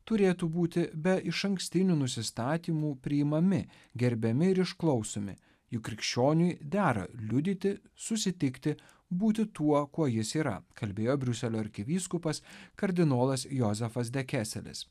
turėtų būti be išankstinių nusistatymų priimami gerbiami ir išklausomi juk krikščioniui dera liudyti susitikti būti tuo kuo jis yra kalbėjo briuselio arkivyskupas kardinolas jozefas dekeselis